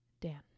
Dan